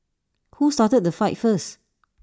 who started the fight first